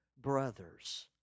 brothers